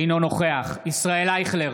אינו נוכח ישראל אייכלר,